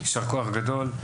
יישר כוח גדול,